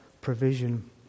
provision